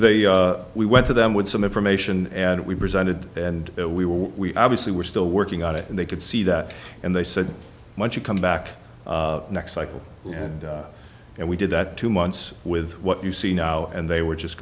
we we went to them with some information and we presented and we were we obviously were still working on it and they could see that and they said once you come back next cycle and and we did that two months with what you see now and they were just